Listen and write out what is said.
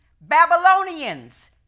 Babylonians